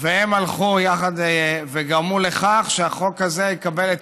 והם הלכו יחד וגרמו לכך שהחוק הזה יקבל את